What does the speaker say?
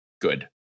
good